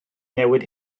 newid